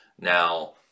Now